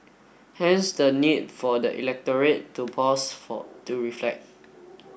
hence the need for the electorate to pause for to reflect